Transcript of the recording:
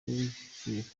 sirleaf